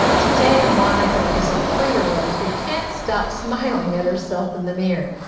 today monica is a three year old who can't stop smiling at herself in the mirror.